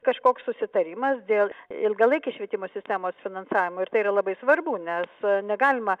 kažkoks susitarimas dėl ilgalaikės švietimo sistemos finansavimo ir tai yra labai svarbu nes negalima